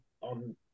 on